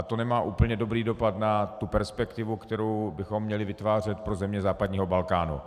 To nemá úplně dobrý dopad na perspektivu, kterou bychom měli vytvářet pro země západního Balkánu.